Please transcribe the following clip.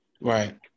Right